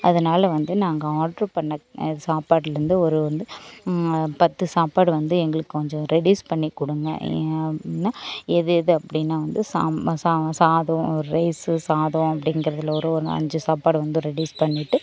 அதனால வந்து நாங்கள் ஆர்ட்ரு பண்ண சாப்பாட்டுலேந்து ஒரு வந்து பத்து சாப்பாடு வந்து எங்களுக்கு கொஞ்சம் ரெட்யூஸ் பண்ணிக் கொடுங்க எது எது அப்படின்னா வந்து சாம் சா சாதம் ரைஸ்ஸு சாதம் அப்படிங்கறதுல ஒரு ஒரு அஞ்சு சாப்பாடு வந்து ரெட்யூஸ் பண்ணிட்டு